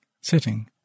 sitting